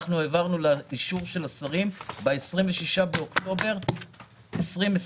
אנחנו העברנו לאישור של השרים ב-26 באוקטובר 2021